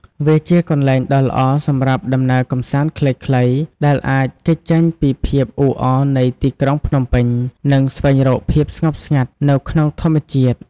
វាជាកន្លែងដ៏ល្អសម្រាប់ដំណើរកម្សាន្តខ្លីៗ ដែលអាចគេចចេញពីភាពអ៊ូអរនៃទីក្រុងភ្នំពេញ និងស្វែងរកភាពស្ងប់ស្ងាត់នៅក្នុងធម្មជាតិ។